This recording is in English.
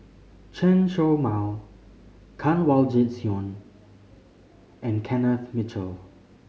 Chen Show Mao Kanwaljit Soin and Kenneth Mitchell